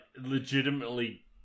legitimately